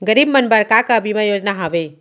गरीब मन बर का का बीमा योजना हावे?